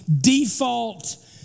default